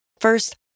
First